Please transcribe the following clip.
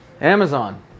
Amazon